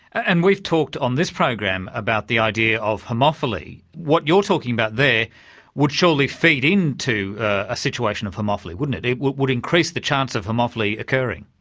and we've talked on this program about the idea of homophily. what you're talking about there would surely feed in to a situation of homophily, wouldn't it, it would would increase the chance of homophily occurring.